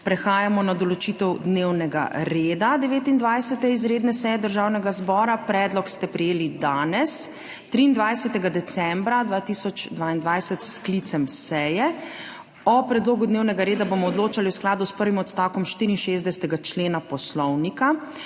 Prehajamo na določitev dnevnega reda 29. izredne seje Državnega zbora. Predlog ste prejeli danes, 23. decembra 2022, s sklicem seje. O predlogu dnevnega reda bomo odločali v skladu s prvim odstavkom 64. člena Poslovnika.